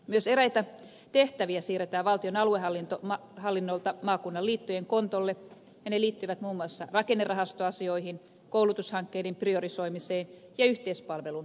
myös eräitä tehtäviä siirretään valtion aluehallinnolta maakunnan liittojen kontolle ja ne liittyvät muun muassa rakennerahastoasioihin koulutushankkeiden priorisoimiseen ja yhteispalvelun edistämiseen